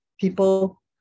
people